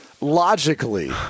logically